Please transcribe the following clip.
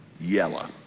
yella